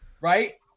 right